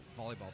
volleyball